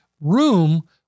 room